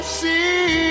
see